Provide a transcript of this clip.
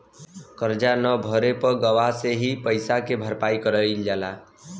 करजा न भरे पे गवाह से ही पइसा के भरपाई कईल जाला